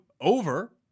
over